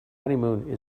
honeymoon